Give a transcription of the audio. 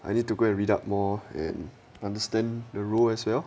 I need to go and read up more and understand the role as well